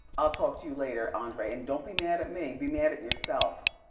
i'll talk to you later, andre. and don't be mad at me, be mad at yourself.